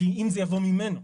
אם זה יבוא ממנו.